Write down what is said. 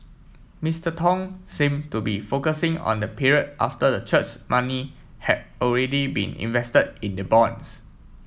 Mister Tong seemed to be focusing on the period after the church's money had already been invested in the bonds